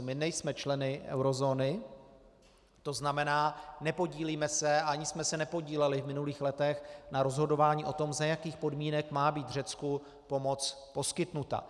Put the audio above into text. My nejsme členy eurozóny, to znamená nepodílíme se a ani jsme se nepodíleli v minulých letech na rozhodování o tom, za jakých podmínek má být Řecku pomoc poskytnuta.